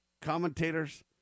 commentators